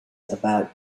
about